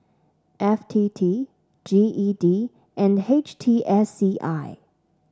F T T G E D and H T S C I